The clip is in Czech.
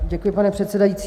Děkuji, pane předsedající.